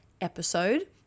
episode